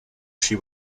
she